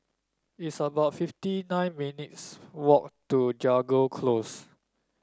it's about fifty nine minutes' walk to Jago Close